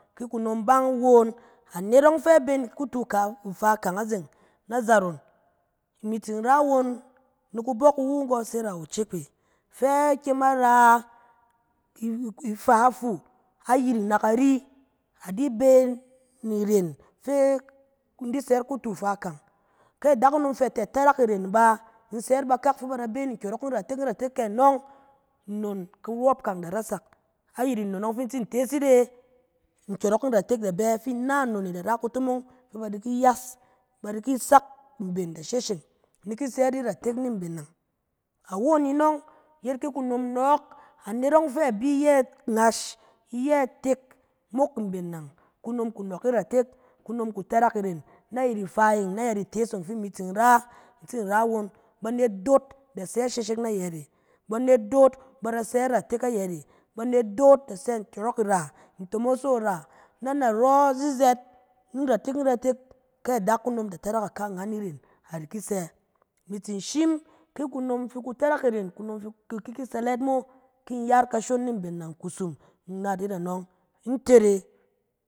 Ki kunom ban won, anet ɔng fɛ a bɛ ni kuti ka, ifa kan azeng na zaron. Imi tsin ra won, ni kubɔk iwu nggɔ sara ocikwɛ fɛ a kƴem a ra, i-ifa fuu, a yiring na kari, a di bɛ ni irèn fɛ in di sɛ yit kutu ifa kang. Kɛ adakunom fɛ atarak irèn bá, in sɛ yit bakak fɛ ba da beneng ni nkyɔrɔng nratek nratek ke anɔng, nnon kuwɔp kang da ratek. Ayɛt nnon ɔng fi in tsin tees yit e, nkyɔrɔk iratek da bɛ fin nna nnon e da ra kutomong fɛ ba da di yas, ba da ki sak mben da shesheng, ni ki sɛ yit iratek ni mben nang. Awon in ɔng yet kɛ kunom nɔɔk anet ɔng fɛ a bi yɛ ngash, iyɛ itek mok mben na kunom ku nɔɔk iratek, kunom ku tarak irèn na yɛt ifa ye, na yɛt itees se, fi imi tsin ra. In tsin ra won, banet doot da sɛ isheshek na yɛt e, banet doot ba da sɛ iratek ayɛt e, banet doot da sɛ ikyɛng ira, ntomoso ira, na narɔ zizɛɛt nratek nratek, kɛ adakunom da tarak akaangan irèn, a da ki sɛ, imi tsin shim, ki kunom fi ku tarak irèn, kunom ki ki di sale mo, ki in ya yit kashon ni mben nang kusum, in nat yit anɔng. Ntere.